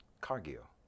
Cargill